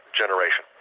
generation